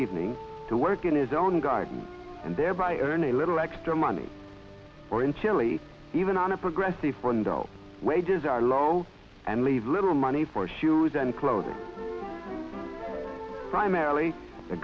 evening to work in his own garden and thereby earn a little extra money or in chile even on a progressive frontal wages are low and leave little money for shoes and clothing primarily